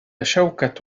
شوكة